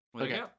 Okay